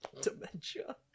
dementia